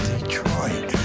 Detroit